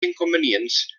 inconvenients